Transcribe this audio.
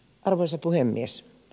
arvoisa puhemies